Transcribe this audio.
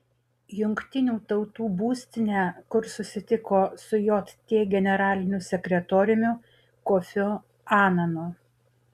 jungtinių tautų būstinę kur susitiko su jt generaliniu sekretoriumi kofiu ananu